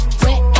wet